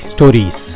Stories